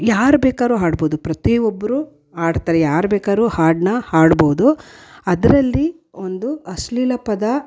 ಯಾರು ಬೇಕಾದ್ರು ಹಾಡ್ಬೋದು ಪ್ರತಿ ಒಬ್ಬರೂ ಹಾಡ್ತಾರೆ ಯಾರು ಬೇಕಾದ್ರು ಹಾಡನ್ನ ಹಾಡ್ಬೋದು ಅದರಲ್ಲಿ ಒಂದು ಅಶ್ಲೀಲ ಪದ